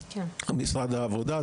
הזרוע במשרד העבודה.